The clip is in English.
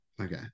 Okay